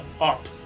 up